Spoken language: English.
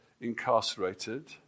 incarcerated